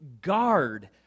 guard